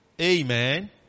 amen